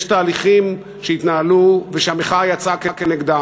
יש תהליכים שהתנהלו ושהמחאה יצאה כנגדם.